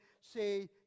say